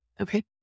Okay